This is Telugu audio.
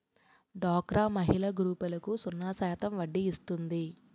డోక్రా మహిళల గ్రూపులకు సున్నా శాతం వడ్డీ ఇస్తుంది